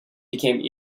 became